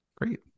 Great